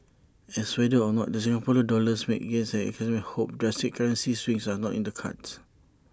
ans whether or not the Singapore dollars makes gains as economists hope drastic currency swings are not in the cards